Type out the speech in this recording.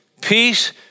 Peace